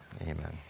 Amen